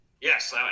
Yes